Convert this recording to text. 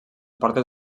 portes